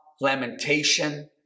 lamentation